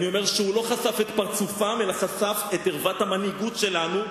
אני אומר שהוא לא חשף את פרצופם אלא חשף את ערוות המנהיגות שלנו,